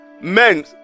Men